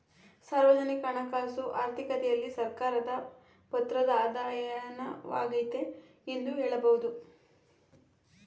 ಸಾರ್ವಜನಿಕ ಹಣಕಾಸು ಆರ್ಥಿಕತೆಯಲ್ಲಿ ಸರ್ಕಾರದ ಪಾತ್ರದ ಅಧ್ಯಯನವಾಗೈತೆ ಎಂದು ಹೇಳಬಹುದು